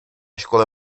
škole